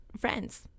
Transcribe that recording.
friends